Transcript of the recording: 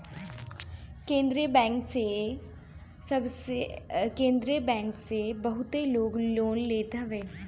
केंद्रीय बैंक से बहुते लोग लोन लेत हवे